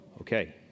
Okay